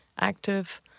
active